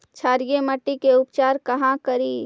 क्षारीय मिट्टी के उपचार कहा करी?